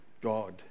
God